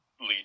lead